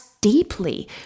deeply